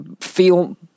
feel